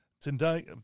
Today